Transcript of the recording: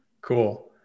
cool